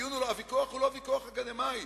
הוויכוח הוא לא ויכוח אקדמי.